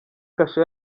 kasho